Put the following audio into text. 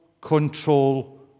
control